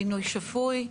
בינוי שפוי.